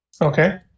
Okay